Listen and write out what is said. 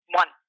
one